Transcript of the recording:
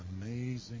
amazing